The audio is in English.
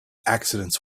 accidents